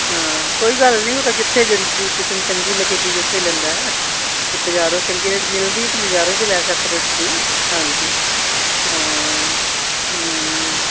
ਹਾਂ ਕੋਈ ਗੱਲ ਨਹੀਂ ਉਹ ਤਾਂ ਜਿੱਥੇ ਜੇ ਕਿਸੇ ਨੂੰ ਚੰਗੀ ਲੱਗੇ ਚੀਜ਼ ਉੱਥੇ ਲੈਂਦਾ ਜੇ ਬਜ਼ਾਰੋਂ ਚੰਗੀ ਵੀ ਲੈ ਸਕਦੇ ਹੋ ਤੁਸੀਂ ਹਾਂਜੀ ਹਾਂ ਹਮ